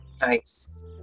nice